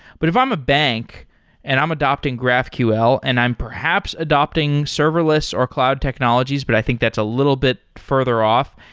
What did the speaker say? but if i'm a bank and i'm adapting graphql and i'm perhaps adapting serverless or cloud technologies, but i think that's a little bit further off.